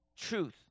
truth